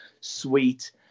sweet